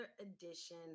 edition